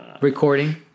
recording